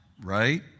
right